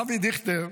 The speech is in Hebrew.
אבי דיכטר,